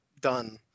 done